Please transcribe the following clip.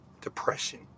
depression